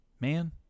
man